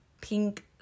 pink